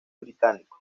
británico